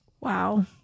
Wow